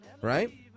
Right